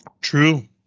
True